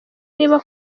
niba